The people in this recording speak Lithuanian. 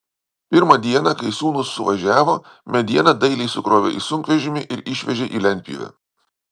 pirmą dieną kai sūnūs suvažiavo medieną dailiai sukrovė į sunkvežimį ir išvežė į lentpjūvę